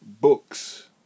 books